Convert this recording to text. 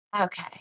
Okay